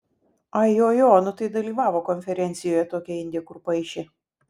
ai jo jo nu tai dalyvavo konferencijoje tokia indė kur paišė